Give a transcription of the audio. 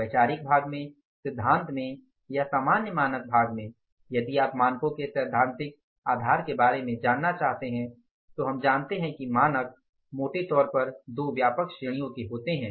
वैचारिक भाग में सिद्धांत में या सामान्य मानक भाग में यदि आप मानकों के सैद्धांतिक आधार के बारे में जानना चाहते हैं तो हम जानते हैं कि मानक मोटे तौर पर दो व्यापक श्रेणियों के होते हैं